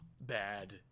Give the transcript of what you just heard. bad